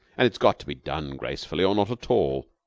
and it's got to be done gracefully, or not at all.